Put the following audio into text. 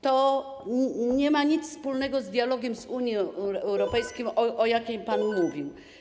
To nie ma nic wspólnego z dialogiem z Unią Europejską, o jakim pan mówił.